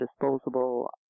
disposable